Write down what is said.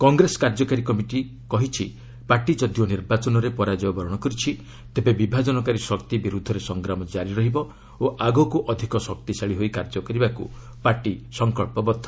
କଂଗ୍ରେସ କାର୍ଯ୍ୟକାରୀ କମିଟି କହିଛି ପାର୍ଟି ଯଦିଓ ନିର୍ବାଚନରେ ପରାଜୟ ବରଣ କରିଛି ତେବେ ବିଭାଜନକାରୀ ଶକ୍ତି ବିରୁଦ୍ଧରେ ସଂଗ୍ରାମ ଜାରି ରହିବ ଓ ଆଗକୁ ଅଧିକ ଶକ୍ତିଶାଳୀ ହୋଇ କାର୍ଯ୍ୟ କରିବାକୁ ପାର୍ଟି ସଂକଳ୍ପବଦ୍ଧ